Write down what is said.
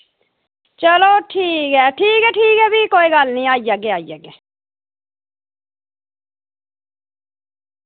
चलो ठीक ऐ ठीक ऐ ठीक ऐ फ्ही कोई गल्ल नी आई जागे आई जागे